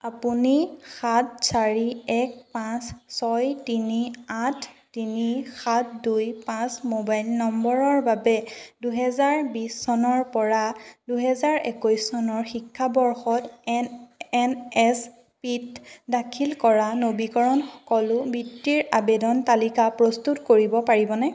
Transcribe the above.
আপুনি সাত চাৰি এক পাঁচ ছয় তিনি আঠ তিনি সাত দুই পাঁচ মোবাইল নম্বৰৰ বাবে দুহেজাৰ বিছ চনৰ পৰা দুহেজাৰ একৈছ চনৰ শিক্ষাবৰ্ষত এন এন এছ পিত দাখিল কৰা নবীকৰণ সকলো বৃত্তিৰ আবেদনৰ তালিকা প্ৰস্তুত কৰিব পাৰিবনে